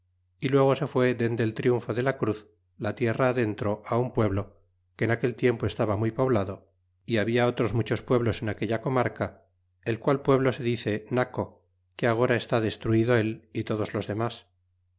y luego se fue dende el triunfo de la cruz la tierra adentro un pueblo que en aquel tiempo estaba muy poblado y habla otros muchos pueblos en aquella comarca el qual pueblo se